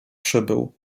przybył